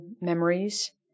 memories